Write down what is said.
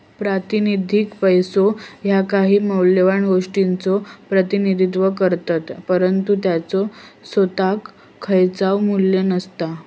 प्रातिनिधिक पैसो ह्या काही मौल्यवान गोष्टीचो प्रतिनिधित्व करतत, परंतु त्याचो सोताक खयचाव मू्ल्य नसता